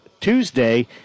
Tuesday